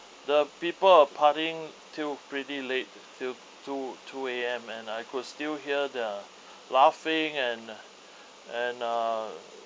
the people are partying till pretty late till two two A_M and I could still hear their laughing and and uh